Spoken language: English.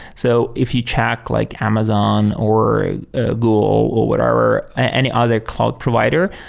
so if you check like amazon or ah ah google or whatever, any other cloud provider,